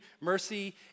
Mercy